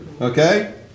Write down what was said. Okay